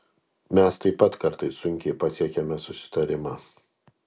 mes taip pat kartais sunkiai pasiekiame susitarimą